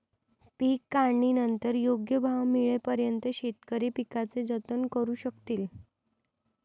पीक काढणीनंतर योग्य भाव मिळेपर्यंत शेतकरी पिकाचे जतन करू शकतील